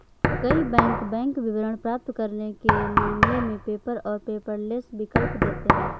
कई bank bank विवरण प्राप्त करने के मामले में पेपर और पेपरलेस विकल्प देते हैं